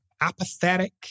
apathetic